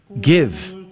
give